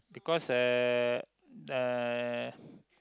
because uh uh